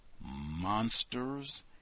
Monsters